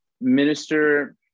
minister